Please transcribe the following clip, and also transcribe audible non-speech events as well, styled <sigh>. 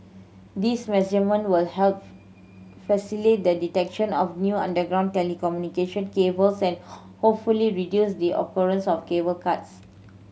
these <unintelligible> will help facilitate the detection of new underground telecommunication cables and hopefully reduce the occurrence of cable cuts